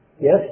yes